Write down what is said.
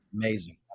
amazing